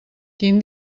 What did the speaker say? quin